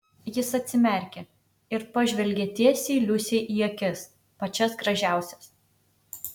jis atsimerkė ir pažvelgė tiesiai liusei į akis pačias gražiausias